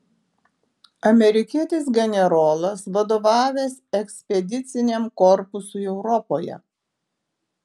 amerikietis generolas vadovavęs ekspediciniam korpusui europoje